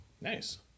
Nice